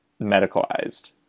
medicalized